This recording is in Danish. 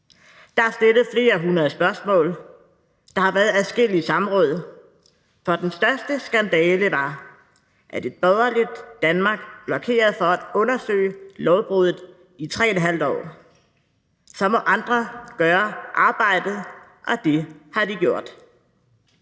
Der er stillet flere hundrede spørgsmål, der har været adskillige samråd, for den største skandale var, at et borgerligt Danmark blokerede for at undersøge lovbruddet i 3½ år. Så må andre gøre arbejdet, og det har de gjort.